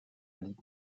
ligue